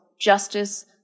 Justice